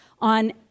on